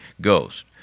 Ghost